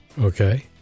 Okay